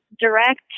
direct